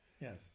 Yes